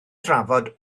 drafod